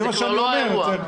זה כבר לא האירוע.